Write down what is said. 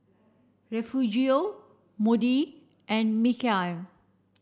Refugio Moody and Mikeal